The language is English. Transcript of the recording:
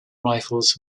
rifles